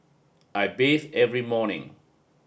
I bathe every morning